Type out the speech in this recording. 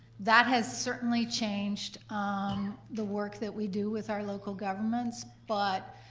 that has certainly changed um the work that we do with our local governments, but